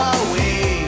away